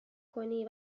کنی